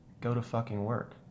go-to-fucking-work